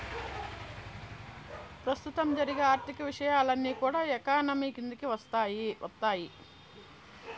ప్రస్తుతం జరిగే ఆర్థిక విషయాలన్నీ కూడా ఎకానమీ కిందికి వత్తాయి